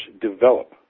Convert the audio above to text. develop